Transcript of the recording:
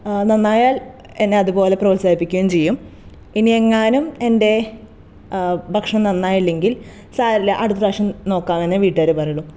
നന്നായാൽ എന്നെ അതുപോലെ പ്രോത്സാഹിപ്പിക്കയും ചെയ്യും ഇനിയെങ്ങാനും എന്റെ ഭക്ഷണം നന്നായില്ലെങ്കിൽ സാരമില്ല അടുത്ത പ്രാവശ്യം നോക്കാന്നേ വീട്ടുകാർ പറയുള്ളൂ